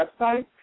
website